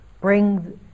bring